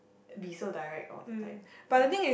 be so direct all the time ya